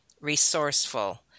resourceful